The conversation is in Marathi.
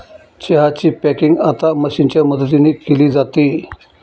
चहा ची पॅकिंग आता मशीनच्या मदतीने केली जाते